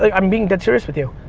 like i'm being dead serious with you,